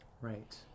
Right